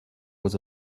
was